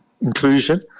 inclusion